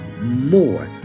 more